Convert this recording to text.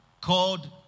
called